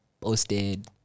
Posted